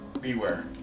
Beware